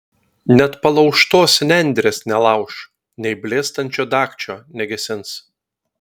net palaužtos nendrės nelauš nei blėstančio dagčio negesins